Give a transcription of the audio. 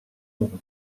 monde